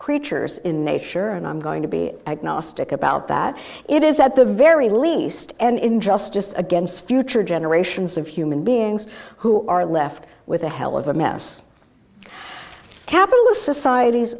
creatures in nature and i'm going to be agnostic about that it is at the very least an injustice against future generations of human beings who are left with a hell of a mess capitalist societies